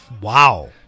Wow